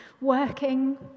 working